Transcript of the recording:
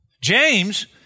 James